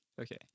Okay